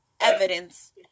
evidence